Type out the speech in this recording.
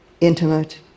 intimate